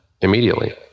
immediately